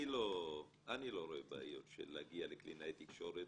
אני לא רואה בעיות של להגיע לקלינאי תקשורת,